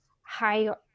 high